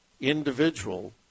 individual